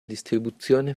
distribuzione